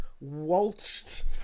waltzed